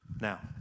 Now